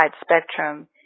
spectrum